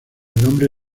nombre